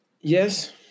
Yes